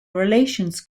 relations